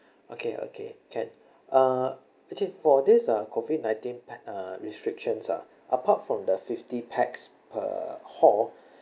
okay okay can uh actually for this uh COVID nineteen pa~ uh restrictions ah apart from the fifty pax per hall